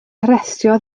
harestio